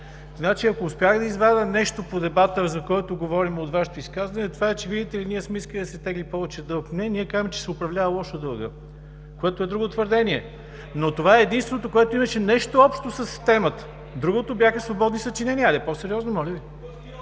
разбрали. Ако успях да извадя нещо по дебата, за който говорим, от Вашето изказване това е, че видите ли, ние сме искали да се изтегли повече дълг. Не, ние казваме, че се управлява лошо дългът, което е друго твърдение, но това е единственото, което имаше нещо общо с темата, другото бяха свободни съчинения. Хайде, по-сериозно, моля Ви!